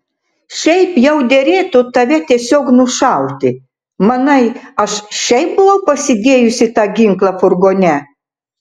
šiaip jau derėtų tave tiesiog nušauti manai aš šiaip buvau pasidėjusi tą ginklą furgone